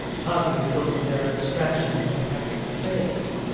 partly because of their abstraction from practical affairs.